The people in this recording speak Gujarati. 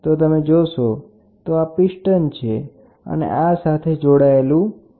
તો તમે જોશો તો આ પિસ્ટન છે અને આ સાથે જોડાયેલું વજન છે